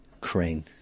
Crane